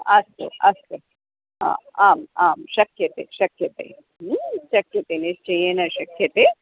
अस्तु अस्तु आम् आं शक्यते शक्यते म् शक्यते निश्चयेन शक्यते